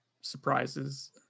surprises